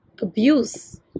abuse